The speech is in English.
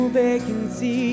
vacancy